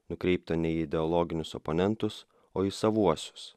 nukreipto ne į ideologinius oponentus o į savuosius